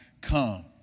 come